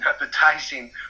advertising